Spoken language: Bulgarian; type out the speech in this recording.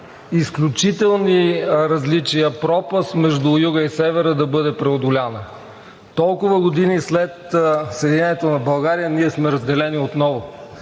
изключителни различия – пропастта между Юга и Севера да бъде преодоляна. Толкова години след Съединението на България ние сме разделени отново.